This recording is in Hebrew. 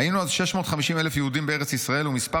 "היינו אז 650,000 יהודים בארץ ישראל אז ומספר